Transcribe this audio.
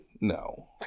no